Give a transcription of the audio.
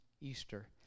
Easter